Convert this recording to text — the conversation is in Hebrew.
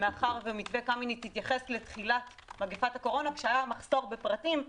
מאחר והוא התייחס לתחילת מגפת הקורונה כאשר היה מחסור בפרטים.